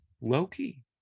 Loki